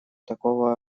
такого